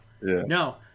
No